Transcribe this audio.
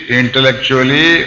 intellectually